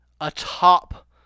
atop